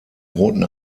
roten